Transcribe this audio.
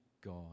God